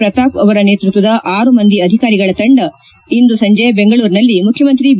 ಪ್ರತಾಪ್ ಅವರ ನೇತೃತ್ವದ ಆರು ಮಂದಿ ಅಧಿಕಾರಿಗಳ ತಂಡ ಇಂದು ಸಂಜೆ ದೆಂಗಳೂರಿನಲ್ಲಿ ಮುಖ್ಯಮಂತ್ರಿ ಬಿ